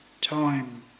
time